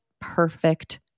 perfect